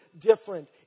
different